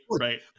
Right